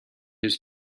his